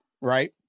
Right